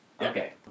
Okay